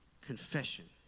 Confession